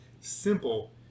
simple